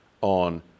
on